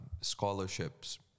scholarships